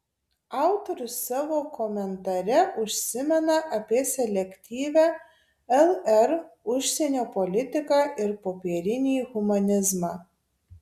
autorius savo komentare užsimena apie selektyvią lr užsienio politiką ir popierinį humanizmą